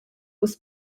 was